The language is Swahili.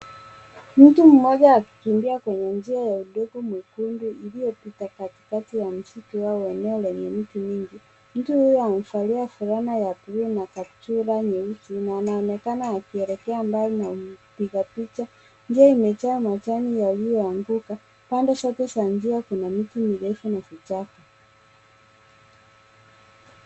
Mtu mmoja akikimbia kwenye njia ya udongo mwekundu iliyopita katikati ya msitu wenye miti mingi. Mtu huyo amevalia fulana ya buluu na kaptura nyeusi na anaonekana akielekea mbali na mpiga picha. Njia imejaa majani yaliyo anguka, pande zote za njia kuna miti mirefu na vichaka.